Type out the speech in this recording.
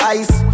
ice